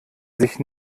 sich